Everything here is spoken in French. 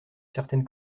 certaines